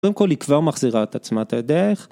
קודם כל היא כבר מחזירה את עצמה אתה יודע.